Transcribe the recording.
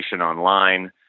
online